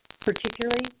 particularly